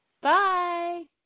Bye